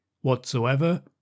whatsoever